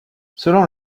selon